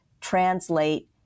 translate